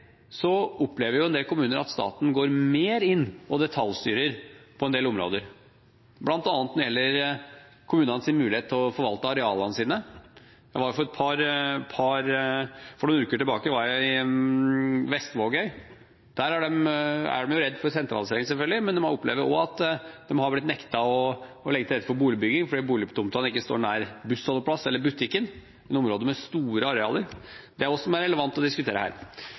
opplever en del kommuner at staten går mer inn og detaljstyrer på en del områder, bl.a. når det gjelder kommunenes mulighet til å forvalte arealene sine. Jeg var for noen uker tilbake i Vestvågøy. Der er de redde for sentralisering, selvfølgelig, men de opplever også at de har blitt nektet å legge til rette for boligbygging fordi boligtomtene ikke er nær bussholdeplass eller butikken, i et område med store arealer. Det må også være relevant å diskutere her.